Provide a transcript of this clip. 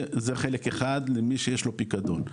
זה חלק אחד למי שיש לו פיקדון,